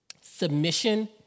Submission